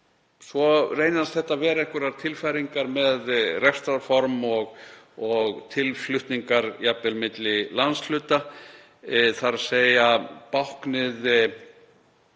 svo reynast þetta vera einhverjar tilfæringar með rekstrarform og tilflutninga, jafnvel milli landshluta, þ.e. báknið